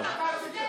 ממה אתם